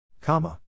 Comma